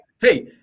hey